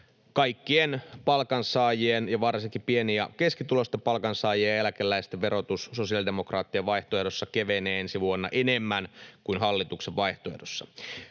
kaikkien palkansaajien ja varsinkin pieni- ja keskituloisten palkansaajien ja eläkeläisten verotus sosiaalidemokraattien vaihtoehdossa kevenee ensi vuonna enemmän kuin hallituksen vaihtoehdossa.